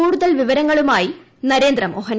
കൂടുതൽ വിവരങ്ങളുമായി നരേന്ദ്രമോഹൻ